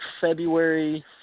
February